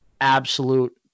absolute